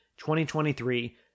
2023